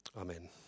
Amen